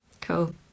Cool